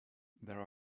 there